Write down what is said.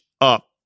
up